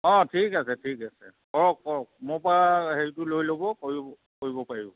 অঁ ঠিক আছে ঠিক আছে কৰক কৰক মোৰ পৰা হেৰিটো লৈ ল'ব কৰিব কৰিব পাৰিব